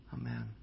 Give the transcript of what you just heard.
Amen